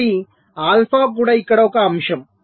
కాబట్టి ఆల్ఫా కూడా ఇక్కడ ఒక అంశం